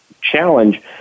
challenge